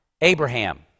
Abraham